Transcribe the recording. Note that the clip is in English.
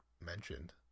mentioned